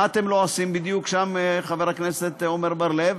מה אתם לועסים שם, חבר הכנסת עמר בר-לב?